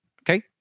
okay